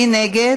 מי נגד?